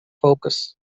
focus